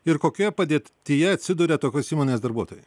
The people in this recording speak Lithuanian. ir kokioje padėtyje atsiduria tokios įmonės darbuotojai